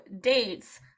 dates